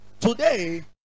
today